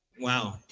Wow